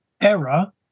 error